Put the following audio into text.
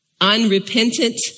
unrepentant